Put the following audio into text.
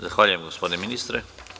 Zahvaljujem, gospodine ministre.